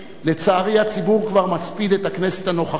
לצערי הציבור כבר מספיד את הכנסת הנוכחית